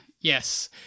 yes